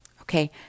Okay